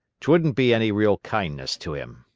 t wouldn't be any real kindness to him.